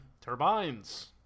Turbines